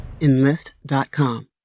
Enlist.com